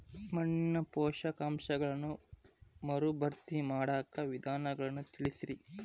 ಮಣ್ಣಿನ ಪೋಷಕಾಂಶಗಳನ್ನ ಮರುಭರ್ತಿ ಮಾಡಾಕ ವಿಧಾನಗಳನ್ನ ತಿಳಸ್ರಿ